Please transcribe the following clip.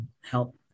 help